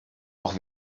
auch